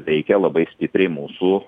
veikia labai stipriai mūsų